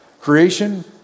Creation